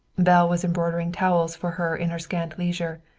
belle was embroidering towels for her in her scant leisure.